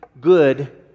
good